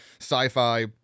sci-fi